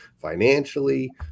financially